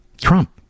Trump